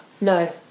No